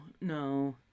no